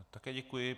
Také děkuji.